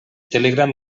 telegram